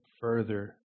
further